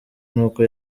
n’uko